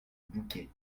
bouquet